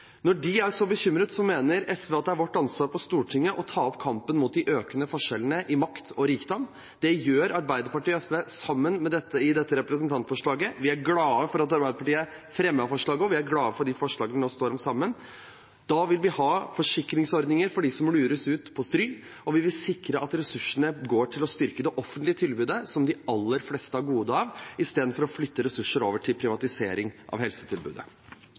Når de er så bekymret, mener SV at det er vårt ansvar på Stortinget å ta opp kampen mot de økende forskjellene i makt og rikdom. Det gjør Arbeiderpartiet og SV sammen i dette representantforslaget. Vi er glad for at Arbeiderpartiet fremmet forslaget, og vi er glad for de forslagene vi nå står sammen om. Da vil vi ha forsikringsordninger for dem som lures opp i stry, og vi vil sikre at ressursene går til å sikre det offentlige tilbudet, som de aller fleste har goder av, istedenfor å flytte ressurser over til privatisering av helsetilbudet.